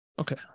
okay